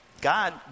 God